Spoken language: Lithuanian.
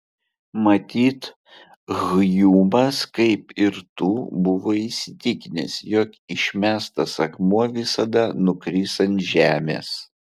matyt hjumas kaip ir tu buvo įsitikinęs jog išmestas akmuo visada nukris ant žemės